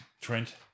Trent